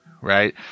right